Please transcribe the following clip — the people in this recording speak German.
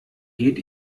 geht